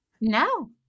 No